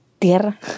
Tierra